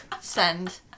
send